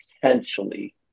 potentially